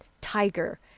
tiger